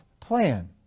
plan